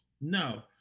No